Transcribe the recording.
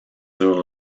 dure